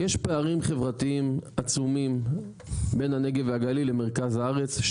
יש פערים חברתיים עצומים בין הנגב והגליל למרכז הארץ,